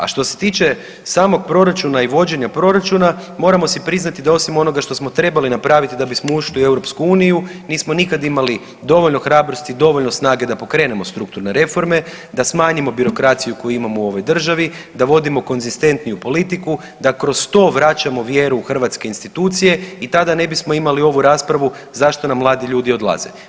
A što se tiče samog proračuna i vođenja proračunu moramo si priznati da osim onoga što smo trebali napraviti da bismo ušli u Europsku uniju nismo nikada imali dovoljno hrabrosti, dovoljno snage da pokrenemo strukturne reforme, da smanjimo birokraciju koju imamo u ovoj državi, da vodimo konzistentniju politiku, da kroz to vraćamo vjeru u hrvatske institucije i tada ne bismo imali ovu raspravu zašto nam mladi ljudi odlaze.